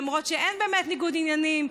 למרות שאין באמת ניגוד עניינים,